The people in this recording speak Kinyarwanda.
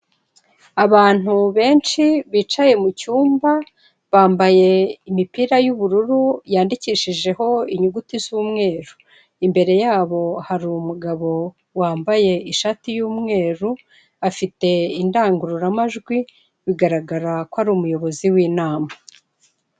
Abantu benshi bicaye mu cyumba, bambaye imipira y'ubururu y'andikishijeho inyuguti z'umweru. Imbere yabo hari umugabo wambaye ishati y'umweru, afite indangururamajwi, bigaragara ko ari umuyobozi w'inama.